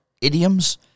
idioms